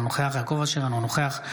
אינו נוכח יעקב אשר,